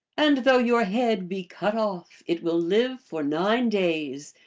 and though your head be cut off, it will live for nine days,